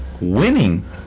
winning